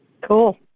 Cool